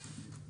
כן.